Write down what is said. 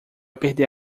perder